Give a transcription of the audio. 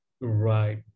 Right